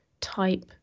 type